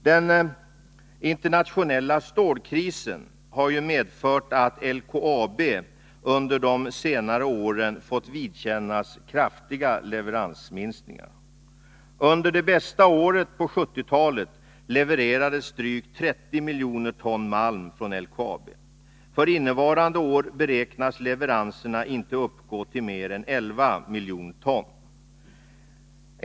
Den internationella stålkrisen har ju medfört att LKAB har fått vidkännas kraftiga leveransminskningar under de senaste åren. Under det bästa året under 1970-talet levererades drygt 30 miljoner ton malm från LKAB. För innevarande beräknas leveranserna uppgå till bara 11 miljoner ton.